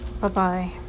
bye-bye